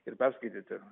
ir perskaityti